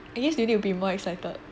that means you need to be more excited